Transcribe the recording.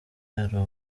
hari